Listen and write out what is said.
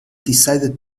decided